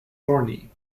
thorny